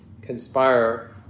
conspire